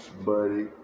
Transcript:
buddy